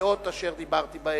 הסיעות אשר דיברתי בהן.